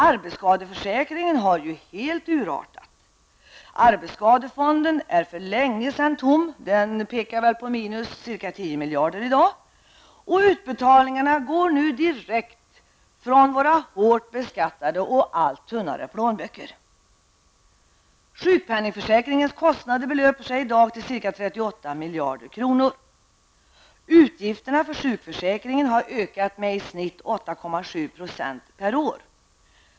Arbetsskadeförsäkringen har helt urartat, arbetsskadefonden är för länge sedan tom -- minus ca 10 miljarder kronor -- och utbetalningarna går nu direkt från våra hårt beskattade och allt tunnare plånböcker. Sjukpenningförsäkringens kostnader belöper sig i dag till ca 38 miljarder kronor. Utgifterna för sjukförsäkringen har ökat med i genomsnitt 8,7 % per år.